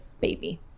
baby